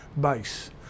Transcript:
base